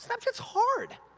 snapchat's hard!